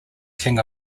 king